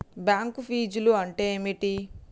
Bank ఫీజ్లు అంటే ఏమిటి?